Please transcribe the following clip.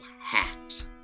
hat